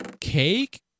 cake